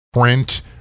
print